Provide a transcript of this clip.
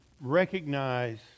recognize